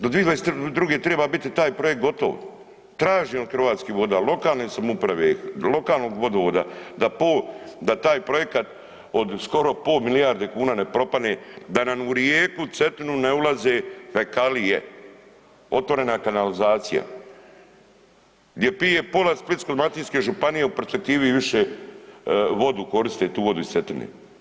Do 2022.g. treba biti taj projekt gotov, traže od Hrvatskih voda, lokalne samouprave, lokalnog vodovoda da taj projekat od skoro po milijardi kuna ne propane, da nam u rijeku Cetinu ne ulaze fekalije, otvorena kanalizacija gdje pije pola Splitsko-dalmatinske županije u perspektivi više vodu koriste tu vodu iz Cetine.